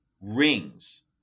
rings